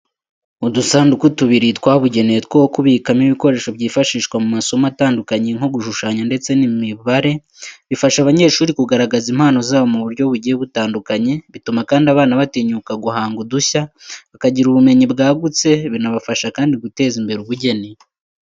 Udusanduku tubiri twabugenewe two kubikamo ibikoresho byifashishwa mu masomo atandukanye nko gushushanya ndetse n'imibare. Bifasha abanyeshuri kugaragaza impano zabo mu buryo bugiye butandukanye, bituma kandi abana batinyuka guhanga udushya, bakagira ubumenyi bwagutse, binabafasha kandi guteza imbere ubugeni.